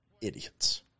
idiots